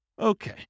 Okay